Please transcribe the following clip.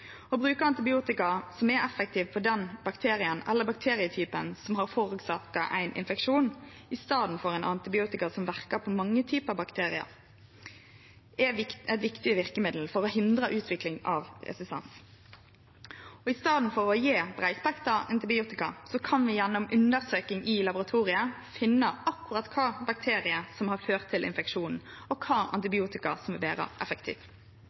Å bruke antibiotika som er effektive mot den bakterien eller bakterietypen som har forårsaka ein infeksjon, i staden for antibiotika som verkar på mange typar bakteriar, er eit viktig verkemiddel for å hindre utvikling av resistens. I staden for å gje breispektra antibiotika kan vi gjennom undersøking i laboratorium finne ut akkurat kva bakterie som har ført til infeksjonen, og kva antibiotikum som